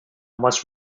must